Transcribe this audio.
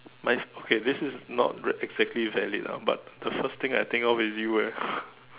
mine's okay this is not the exactly valid lah but the first thing I think of is you eh